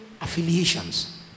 affiliations